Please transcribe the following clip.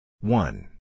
One